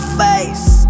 face